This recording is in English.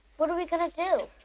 what are we gonna do?